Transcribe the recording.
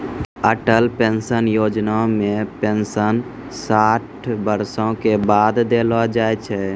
Atal pension योजना मे pension साठ बरसो के बाद देलो जाय छै